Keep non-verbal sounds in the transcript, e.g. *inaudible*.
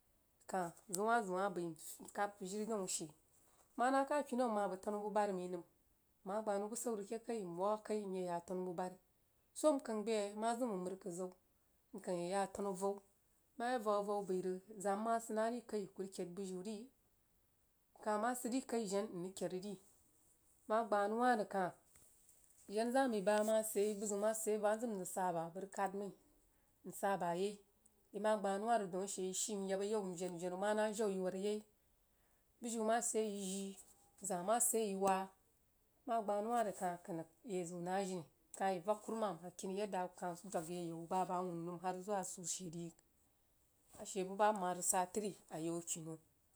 *unintelligible* zoun wah zəun mah bəi mkah kahd kuh jiri daun a she manah kah kinau nrig yag tenu buh-bari mai mmah gbanou busau rig keh kai nwag a kai nye yah a tenu buh-bari soh nkong bəa mazəm mang məri kəd zau nkang yeh yah atenu a vou nmal yah vaik avou məí rig zaam mah sid nah ri kəi kuh rig kəid buhjiu ri mkah mah sid ri kəi jen nrig kpi dri nmah gbeh nou wah rig kag jenah dag məí bah mal sid ayai buh zizu sid yai bəg mah zəm mrig sah bah bəg rig kahd mai nsah bah yai yi mah gbah nou wah dan ashe yi shii nyab ayab manah jan yí whad yai bujiu mah sid yai yi jii zaah mah sid yai yi wal mah gbah nou wah rig nya ziun nah jini nvag karumam a kini yadda akuh dwagy yi a yau bah bəg a wunu nəm har zuwa a soh she ri a she babah nmah rig sah tri ayau kinau.